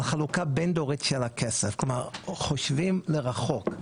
החלוקה הבין דורית של הכסף, כלומר חושבים לרחוק,